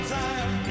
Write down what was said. time